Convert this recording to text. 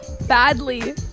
badly